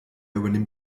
übernimmt